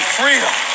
freedom